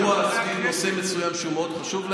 אירוע סביב נושא מסוים שהוא מאוד חשוב להם,